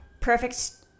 perfect